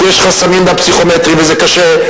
כי יש חסמים מהפסיכומטרי וזה קשה.